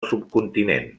subcontinent